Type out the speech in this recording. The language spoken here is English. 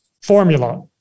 Formula